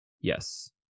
Yes